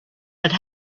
had